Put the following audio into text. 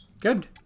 Good